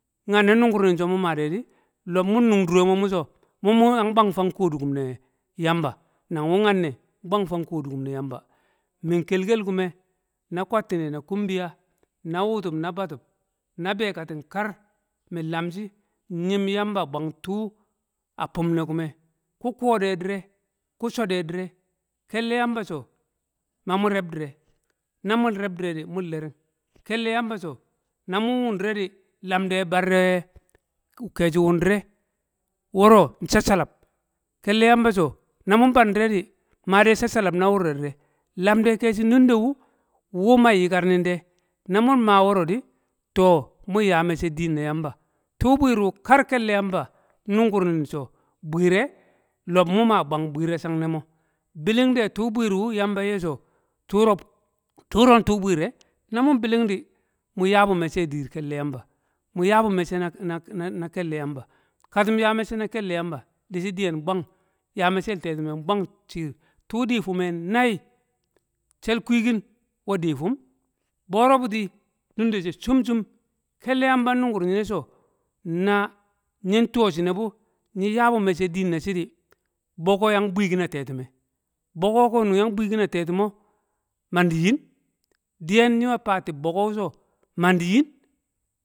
Nyanne nungur nin so mu maa- de, di, lob, muin nung dure mo mu so mu- mu yang bwang fang kodukun ne yamba nang wu nyanne bwang fang kodukum ne yamba. Min kel kel kume na kwattine na kumbiya na wutub na batub na be- kating kar min lam shi nyim yamba bwang tuu a fum ne kume, ku kuwo de dire, ku code dire, kel le yamba so, mamu reb dire, na mun reb dire di mun lering, kelle yamba so, na mun wundire di lam de barre keshi wur dire, woro nsassalab, kelle yamba so, na mun bandire di maa de sassasa lab na wurre dire, lamde keshi nunde wu, wu man yikar nin de. Na mum ma woro di, to mun ya mecce diin na yamba, tuu bwir wu kar kelle yamba nungur nin so bwiir e lob, mu ma, bwang bwiir a chang ne mo. Kiling de tuu, bwiir wu yam ba nye so tuuro tuuro tuu bwiir ē, na mun biling di, mun ya bu mecce a diir kelle yamba, mun yabu mecce na- na- na kelle yamba. Ka tim yaa mecce na kelledi shi diyen nbwang meccel tetume nbwang shiir, tuu dii fum ē, nai shell kwii kin we dii tum, boro buti nunde she chum chum, kelle yamba nnungur nyine so, na- nyin tuwo shi- ne bu, nyin ya bu mecce din na shi di, boko yang bwi kin a tetume, boko ko kung yan bwikin a tetumo, mandi yin; Diyen nye faa tib boko so mandi yin,